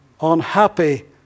unhappy